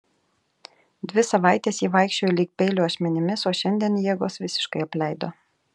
dvi savaites ji vaikščiojo lyg peilio ašmenimis o šiandien jėgos visiškai apleido